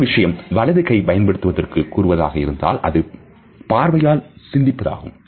இதே விஷயம் வலதுகை பயன்படுத்துபவதற்கு கூறுவதாக இருந்தால் அது பார்வையால் சிந்திப்பது ஆகும்